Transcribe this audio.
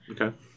Okay